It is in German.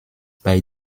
bei